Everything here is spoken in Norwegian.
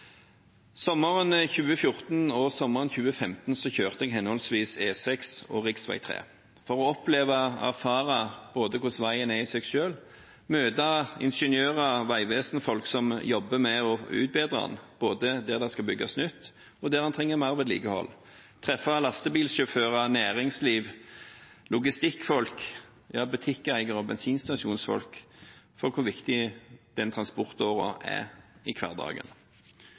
Sommeren 2014 og sommeren 2015 kjørte jeg henholdsvis E6 og rv. 3 for å oppleve og erfare hvordan veien er i seg selv, møte ingeniører, Vegvesenet og folk som jobber med å utbedre veien – både der det skal bygges nytt, og der man trenger mer vedlikehold – og treffe lastebilsjåfører, næringsliv, logistikkfolk, butikkeiere og bensinstasjonsfolk for å få vite hvor viktig den transportåren er i hverdagen.